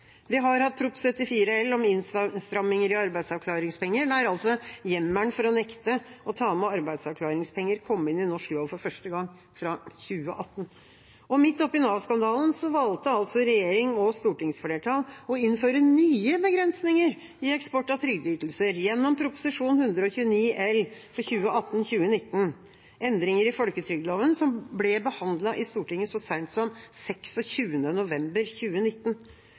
Vi har hatt Prop. 74 L for 2016–2017, om innstramminger i arbeidsavklaringspenger, der hjemmelen for å nekte å ta med arbeidsavklaringspenger kom inn i norsk lov for første gang fra 2018. Midt oppi Nav-skandalen valgte altså regjeringa og stortingsflertallet å innføre nye begrensninger i eksporten av trygdeytelser, gjennom Prop. 129 L for 2018–2019 Endringer i folketrygdloven, som ble behandlet i Stortinget så seint som 26. november 2019.